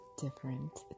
different